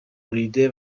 بریده